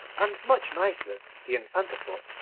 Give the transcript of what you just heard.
and much nicer, the infanta thought,